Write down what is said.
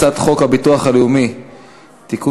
הצעת חוק הביטוח הלאומי (תיקון,